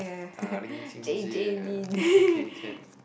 uh Lin Jun Jie okay can